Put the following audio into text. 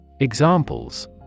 Examples